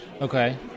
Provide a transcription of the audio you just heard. Okay